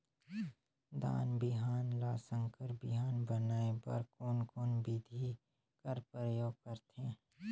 धान बिहान ल संकर बिहान बनाय बर कोन कोन बिधी कर प्रयोग करथे?